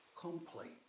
complete